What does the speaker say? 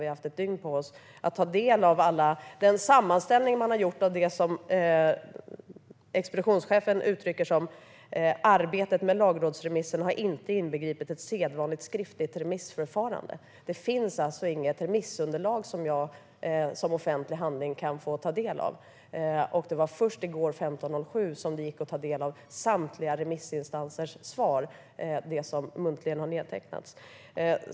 Vi har haft ett dygn på oss att ta del av den sammanställning som expeditionschefen uttrycker enligt följande: Arbetet med lagrådsremissen har inte inbegripit ett sedvanligt skriftligt remissförfarande. Det finns alltså inget remissunderlag som är offentlig handling som jag kan ta del av. Det var först i går kl. 15.07 som det gick att ta del av samtliga remissinstansers svar, det vill säga de muntliga svar som har nedtecknats.